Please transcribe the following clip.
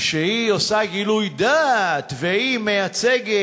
שהיא עושה גילוי דעת והיא מייצגת.